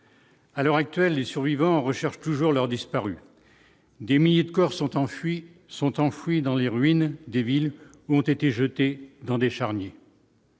à l'heure actuelle, les survivants recherche toujours leurs disparus, des milliers de corps sont enfuis sont enfouis dans les ruines des villes où ont été jetés dans des charniers.